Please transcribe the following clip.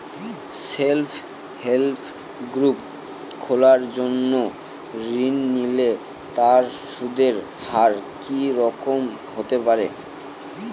Self help group খোলার জন্য ঋণ নিলে তার সুদের হার কি রকম হতে পারে?